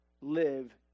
live